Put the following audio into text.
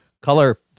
color